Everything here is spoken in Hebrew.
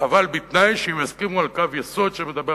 אבל בתנאי שהם יסכימו על קו יסוד שמדבר